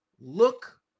Look